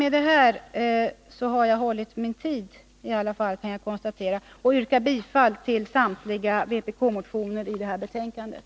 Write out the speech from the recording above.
Med detta har jag hållit min tid, kan jag konstatera, och jag yrkar bifall till samtliga vpk-motioner i det här betänkandet.